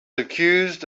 accused